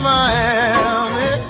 Miami